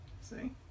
See